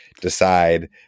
decide